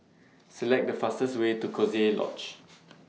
Select The fastest Way to Coziee Lodge